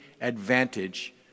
advantage